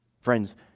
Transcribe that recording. Friends